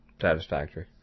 Satisfactory